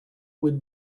with